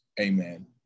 Amen